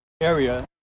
area